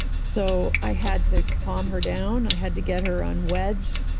so, i had to calm her down. i had to get her un-wedged.